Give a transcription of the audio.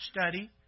study